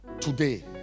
Today